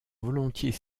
volontiers